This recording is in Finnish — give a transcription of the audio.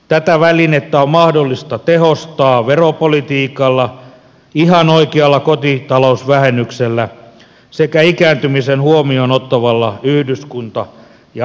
tätä välinettä on mahdollista tehostaa veropolitiikalla ihan oikealla kotitalousvähennyksellä sekä ikääntymisen huomioon ottavalla yhdyskunta ja asuntopolitiikalla